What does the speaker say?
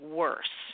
worse